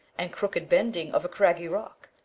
and crooked bending of a craggy rock,